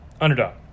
underdog